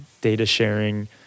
data-sharing